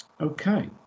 okay